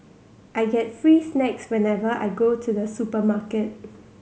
I get free snacks whenever I go to the supermarket